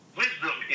wisdom